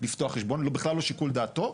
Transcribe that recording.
לפתוח חשבון, בכלל לא שיקול דעתו.